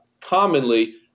commonly